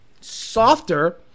softer